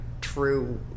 true